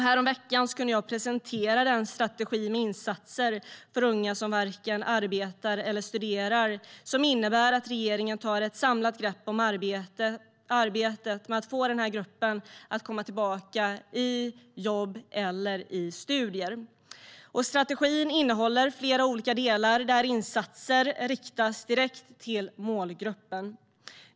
Häromveckan kunde jag presentera den strategi med insatser för unga som varken arbetar eller studerar som innebär att regeringen tar ett samlat grepp om arbetet med att få den gruppen att komma tillbaka i jobb eller studier. Strategin innehåller flera olika delar där insatser riktas direkt till målgruppen.